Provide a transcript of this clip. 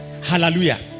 Hallelujah